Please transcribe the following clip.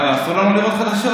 אה, אסור לנו לראות חדשות?